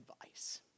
advice